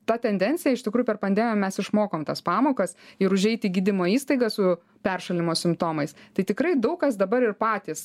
ta tendencija iš tikrųjų per pandemiją mes išmokom tas pamokas ir užeit į gydymo įstaigą su peršalimo simptomais tai tikrai daug kas dabar ir patys